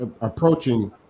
approaching